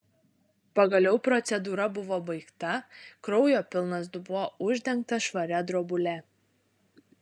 pagaliau procedūra buvo baigta kraujo pilnas dubuo uždengtas švaria drobule